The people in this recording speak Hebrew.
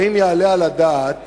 האם יעלה על הדעת